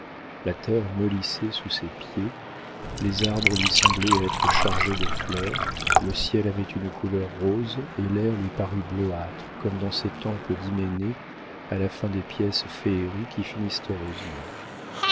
la terre mollissait sous ses pieds les arbres lui semblaient être chargés de fleurs le ciel avait une couleur rose et l'air lui parut bleuâtre comme dans ces temples d'hyménée à la fin des pièces féeries qui finissent heureusement